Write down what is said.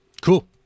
cool